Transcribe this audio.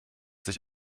sich